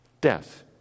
Death